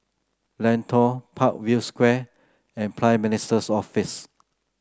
Lentor Parkview Square and Prime Minister's Office